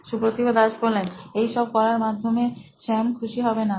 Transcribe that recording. Supratibh Das C T ও নোইন electronics এই সব করার মাধ্যমে স্যাম খুশি হবেনা